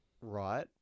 right